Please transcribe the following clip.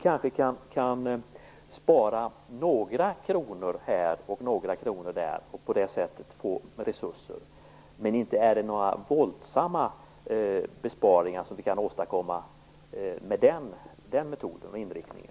Kanske kan vi spara några kronor här och några kronor där för att på det sättet få mera resurser, men inte kan vi åstadkomma några våldsamma besparingar med den metoden och den inriktningen.